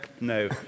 No